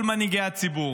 כל מנהיגי הציבור,